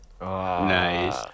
Nice